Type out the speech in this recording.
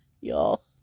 y'all